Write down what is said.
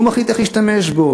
והוא מחליט איך להשתמש בו.